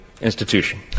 institution